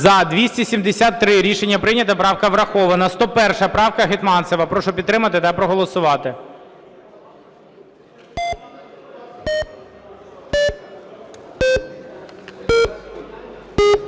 За-273 Рішення прийнято. Правка врахована. 101 правка, Гетманцева. Прошу підтримати та проголосувати.